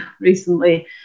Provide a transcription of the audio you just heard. recently